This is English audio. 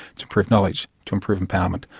to improve knowledge, to improve empowerment,